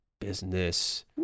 business